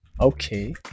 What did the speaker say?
Okay